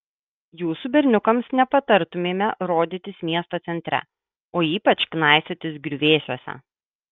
jūsų berniukams nepatartumėme rodytis miesto centre o ypač knaisiotis griuvėsiuose